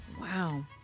Wow